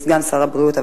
סגן שר הבריאות,